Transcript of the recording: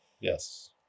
Yes